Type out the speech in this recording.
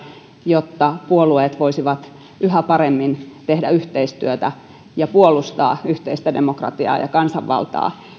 jotta puolueet voisivat yhä paremmin tehdä yhteistyötä ja puolustaa yhteistä demokratiaa ja kansanvaltaa